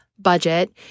budget